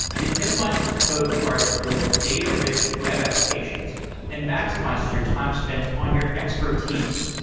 it minimizes the code required to build data-rich web applications and maximizes your time spent on your expertise.